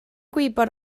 gwybod